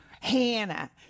Hannah